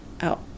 out